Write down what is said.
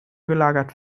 gelagert